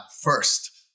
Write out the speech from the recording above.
first